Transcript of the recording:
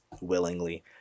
willingly